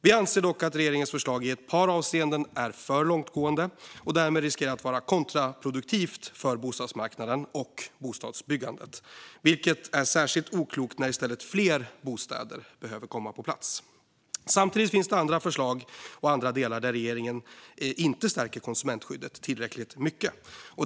Vi anser dock att regeringens förslag i ett par avseenden är för långtgående och därmed riskerar att vara kontraproduktivt för bostadsmarknaden och bostadsbyggandet, vilket är särskilt oklokt när i stället fler bostäder behöver komma på plats. Samtidigt finns det andra förslag och delar där regeringen inte stärker konsumentskyddet tillräckligt mycket.